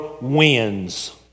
wins